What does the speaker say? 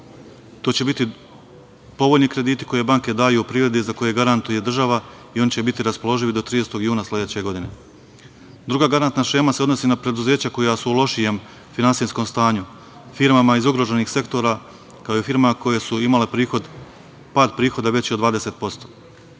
To će biti povoljni krediti koje banke daju privredi za koje garantuje država i oni će biti raspoloživi do 30. juna sledeće godine. Druga garantna šema se odnosi na preduzeća koja su u lošijem finansijskom stanju, firmama iz ugroženih sektora, kao i firmama koje su imale pad prihoda veći od 20%.